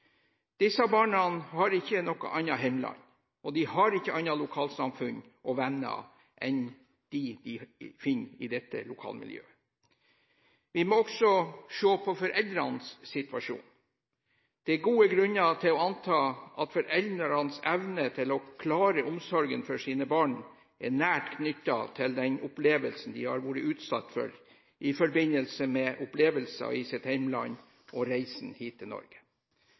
Disse barna har ikke noe annet hjemland, og de har ikke annet lokalsamfunn – eller andre venner – enn det de finner i dette lokalmiljøet. Vi må også se på foreldrenes situasjon. Det er gode grunner til å anta at foreldrenes evne til å klare omsorgen for sine barn er nært knyttet til det de har vært utsatt for i forbindelse med opplevelser i sitt hjemland, og på reisen hit til Norge.